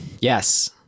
yes